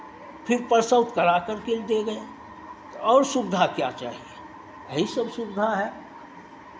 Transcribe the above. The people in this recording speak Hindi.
फिर प्रसव कराकर के भी दे गया और सुविधा क्या चाहिए यही सब सुविधा है